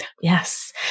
Yes